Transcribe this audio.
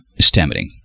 stammering